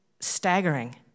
staggering